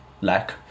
lack